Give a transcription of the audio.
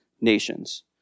nations